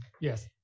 Yes